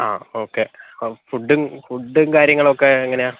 ആ ഓക്കേ ഒ ഫുഡ് ഫുഡും കാര്യങ്ങളൊക്കെ എങ്ങനെയാണ്